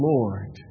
Lord